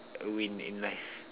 a win in life